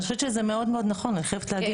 אני חושבת שזה מאוד מאוד נכון, אני חייבת להגיד.